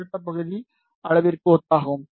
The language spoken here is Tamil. அடுத்த பகுதி அளவிற்கு ஒத்ததாகும்